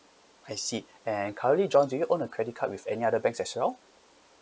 I see and currently john do you own a credit card with any other banks as well